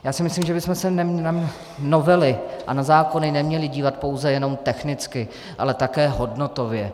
Já si myslím, že bychom se na novely a zákony neměli dívat pouze jenom technicky, ale také hodnotově.